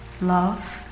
Love